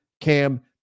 Cam